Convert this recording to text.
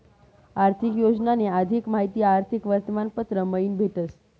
आर्थिक योजनानी अधिक माहिती आर्थिक वर्तमानपत्र मयीन भेटस